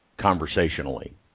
conversationally